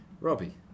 robbie